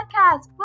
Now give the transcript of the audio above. podcast